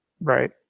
Right